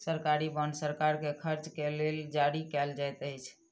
सरकारी बांड सरकार के खर्च के लेल जारी कयल जाइत अछि